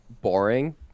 boring